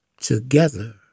together